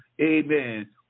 amen